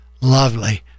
lovely